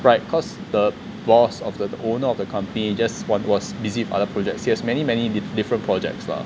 right cause the boss of the owner of the company was just was busy with other projects he has many many different projects ah